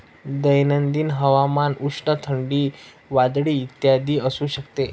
दैनंदिन हवामान उष्ण, थंडी, वादळी इत्यादी असू शकते